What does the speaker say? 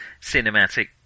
cinematic